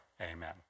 amen